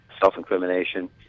self-incrimination